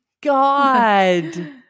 God